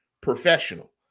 professional